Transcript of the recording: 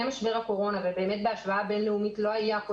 משבר הקורונה ובאמת בהשוואה בין-לאומית לא היה פה